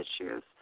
issues